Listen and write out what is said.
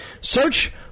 Search